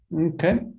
Okay